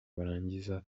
barangiza